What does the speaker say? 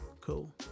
Cool